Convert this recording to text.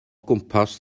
gwmpas